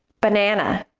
banana